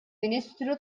ministru